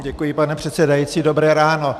Děkuji, pane předsedající dobré ráno.